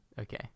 Okay